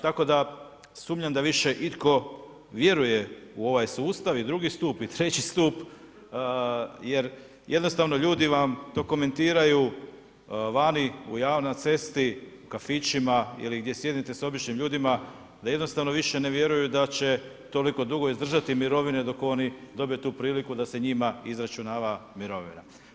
Tako da sumnjam da više itko vjeruje u ovaj sustav i drugi stup i treći stup jer jednostavno ljudi vam to komentiraju vani, na cesti, u kafićima ili gdje sjedite s običnim ljudima da jednostavno više ne vjeruju da će toliko dugo izdržati mirovine dok oni dobiju tu priliku da se njima izračunava mirovina.